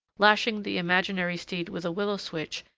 lashing the imaginary steed with a willow switch,